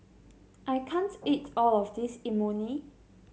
I can't eat all of this Imoni